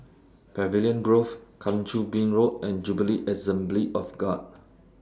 Pavilion Grove Kang Choo Bin Road and Jubilee Assembly of God